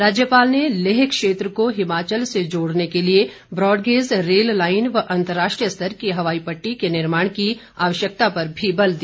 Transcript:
राज्यपाल ने लेह क्षेत्र को हिमाचल से जोड़ने के लिए ब्रॉडगेज रेल लाइन व अंतर्राष्ट्रीय स्तर की हवाई पट्टी के निर्माण की आवश्यकता पर भी बल दिया